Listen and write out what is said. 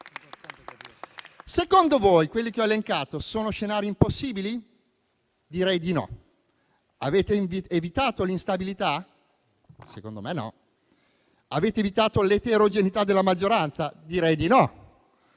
Secondo voi quelli che ho elencato sono scenari impossibili? Direi di no. Avete evitato l'instabilità? Secondo me no. Avete evitato l'eterogeneità della maggioranza? Direi di no.